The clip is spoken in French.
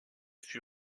fut